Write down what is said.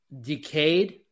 decayed